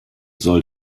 soll